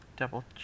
Double